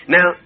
Now